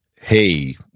hey